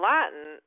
Latin